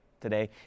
today